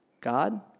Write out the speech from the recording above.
God